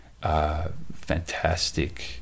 Fantastic